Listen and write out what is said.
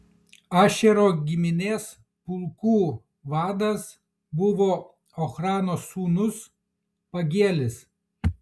ašero giminės pulkų vadas buvo ochrano sūnus pagielis